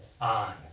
on